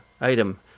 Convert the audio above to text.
item